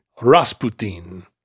Rasputin